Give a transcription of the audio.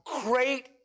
great